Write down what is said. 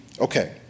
Okay